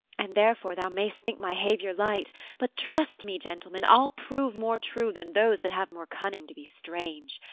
and therefore thou mayst think my haviour light but trust me, gentleman, i'll prove more true than those that have more cunning to be strange.